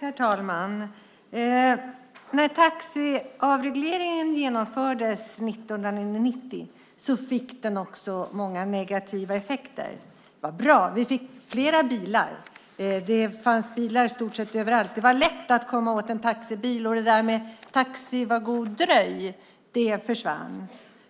Herr talman! När avregleringen inom taxinäringen genomfördes 1990 fick den många negativa effekter. Det som var bra var att vi fick fler bilar. Det fanns bilar i stort sett överallt. Det var lätt att komma åt en taxibil, och detta med "taxi var god dröj" försvann.